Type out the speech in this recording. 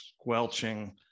squelching